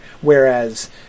whereas